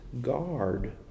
guard